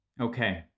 Okay